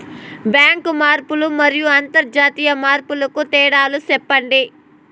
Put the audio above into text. Bank మార్పులు మరియు అంతర్జాతీయ మార్పుల కు తేడాలు సెప్పండి?